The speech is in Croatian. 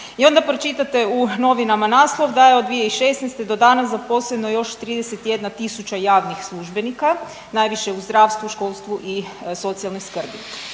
I onda pročitate u novinama naslov da je od 2016. do danas zaposleno još 31.000 javnih službenika najviše u zdravstvu, školstvu i socijalnoj skrbi.